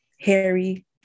Harry